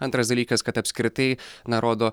antras dalykas kad apskritai na rodo